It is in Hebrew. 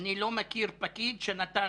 ואני לא מכיר פקיד שנתן